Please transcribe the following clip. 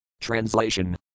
Translation